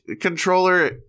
controller